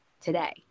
today